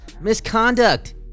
Misconduct